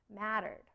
mattered